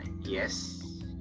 yes